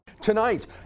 Tonight